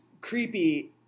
creepy